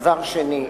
דבר שני,